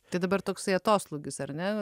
tai dabar toksai atoslūgis ar ne